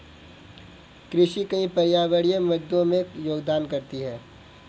कृषि कई बड़े पर्यावरणीय मुद्दों में योगदान करती है